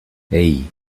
hey